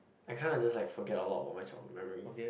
I kind of just like forget a lot about my childhood memories